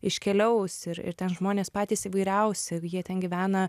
iškeliaus ir ir ten žmonės patys įvairiausi jie ten gyvena